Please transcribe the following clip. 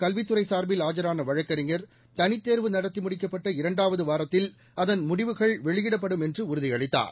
கல்வித்துறையில் சார்பில் ஆஜரான வழக்கறிஞர் தனித்தேர்வு நடத்தி முடிக்கப்பட்ட இரண்டாவது வாரத்தில் அதன் முடிவுகள் வெளியிடப்படும் என்று உறுதியளித்தார்